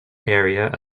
area